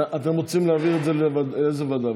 אתם רוצים להעביר את זה, לאיזו ועדה?